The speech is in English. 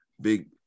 Big